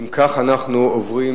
אם כך, אנחנו עוברים